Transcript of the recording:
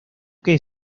que